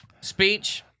speech